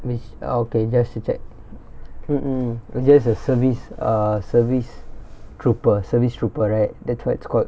which okay just to check mm mm just a service uh service trooper service trooper right that's what it's called